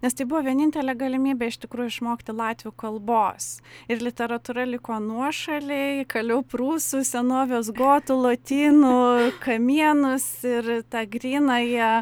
nes tai buvo vienintelė galimybė iš tikrųjų išmokti latvių kalbos ir literatūra liko nuošalėj kaliau prūsų senovės gotų lotynų kamienus ir tą grynąją